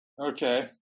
Okay